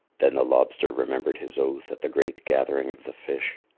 then the lobster remembered his oath at the great gathering of the fish.